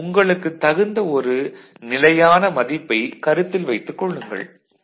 நீங்கள் உங்களுக்கு தகுந்த ஒரு நிலையான மதிப்பை கருத்தில் வைத்துக் கொள்ளுங்கள்